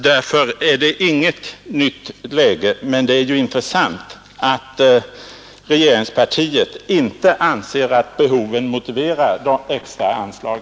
Därför är det inget nytt läge i dag, men det intressanta är ju att regeringspartiet inte anser att behoven motiverar detta extra anslag.